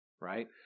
right